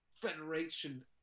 federation